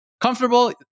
comfortable